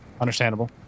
Understandable